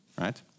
right